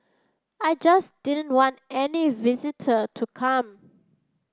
I just didn't want any visitor to come